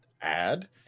add